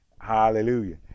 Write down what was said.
Hallelujah